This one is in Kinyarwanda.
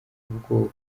ubwoko